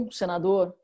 senador